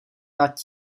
nad